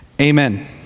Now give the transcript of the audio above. amen